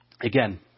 again